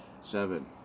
seven